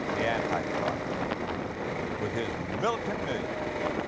the antichrist with his militant millions.